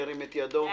ירים את ידו.